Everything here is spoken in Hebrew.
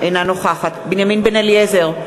אינה נוכחת בנימין בן-אליעזר,